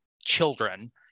children